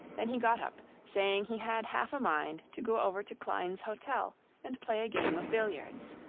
then he got up, saying he had half a mind to go over to klein's hotel and play a game of billiards.